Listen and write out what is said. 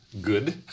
good